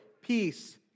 Peace